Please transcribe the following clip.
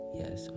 yes